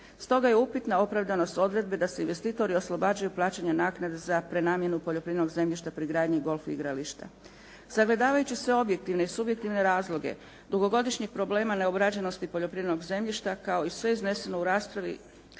Stoga je upitna opravdanost odredbe da se investitori oslobađaju plaćanja naknade za prenamjenu poljoprivrednog zemljišta pri gradnji golf igrališta. Sagledavajući sve objektivne i subjektivne razloge, dugogodišnjih problema neobrađenosti poljoprivrednog zemljišta kao i sve izneseno u raspravi